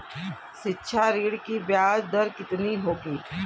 शिक्षा ऋण की ब्याज दर कितनी होती है?